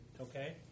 Okay